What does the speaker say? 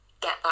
get